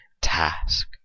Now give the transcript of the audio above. task